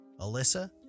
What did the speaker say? Alyssa